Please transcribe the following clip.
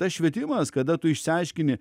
tas švietimas kada tu išsiaiškini